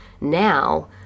now